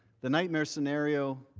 the nightmare scenario,